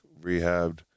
rehabbed